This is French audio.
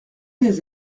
des